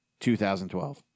2012